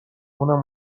اونم